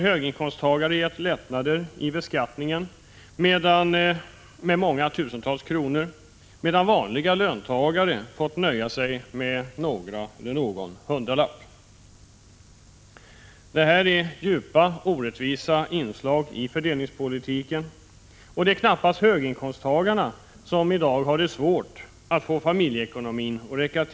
Höginkomsttagarna har getts lättnader i beskattningen med många tusental kronor, medan vanliga löntagare fått nöja sig med några hundralappar. Detta är djupa och orättvisa inslag i fördelningspolitiken. Det är knappast höginkomsttagarna som i dag har svårt att få familjeekonomin att gå ihop.